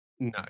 no